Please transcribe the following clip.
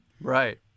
right